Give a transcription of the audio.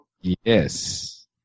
Yes